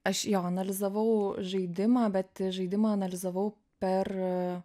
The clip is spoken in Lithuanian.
aš jo analizavau žaidimą bet žaidimą analizavau per